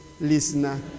listener